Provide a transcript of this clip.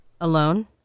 Alone